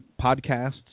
podcasts